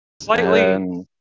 Slightly